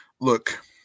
look